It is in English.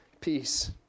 peace